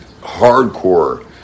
hardcore